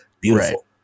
beautiful